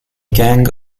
gang